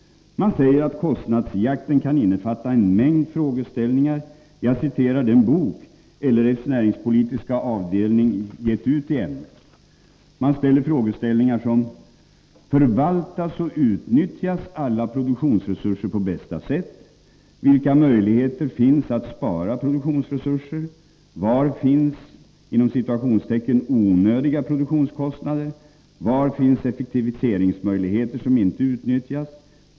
Man säger att kostnadsjakten kan innefatta en mängd frågeställningar. Jag vill här citera den bok LRF:s näringspolitiska avdelning gett ut i ämnet. Man tar upp sådana frågeställningar som: Förvaltas och utnyttjas alla produktionsresurser på bästa sätt? Vilka möjligheter finns att spara produktionsresurser? Var finns ”onödiga produktionskostnader”? Var finns effektiviseringsmöjligheter som inte utnyttjas?